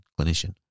clinician